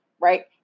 right